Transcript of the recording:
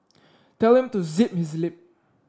tell him to zip his lip